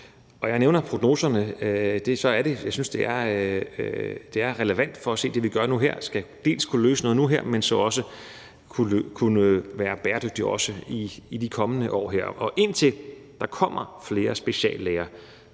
og jeg nævner prognoserne, for jeg synes, det er relevant, for at vi kan se, at det, vi gør nu og her, dels skal kunne løse noget nu og her, dels skal kunne være bæredygtigt, også i de kommende år. Og indtil der kommer flere speciallæger,